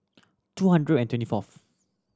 two hundred and twenty fourth